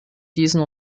diesen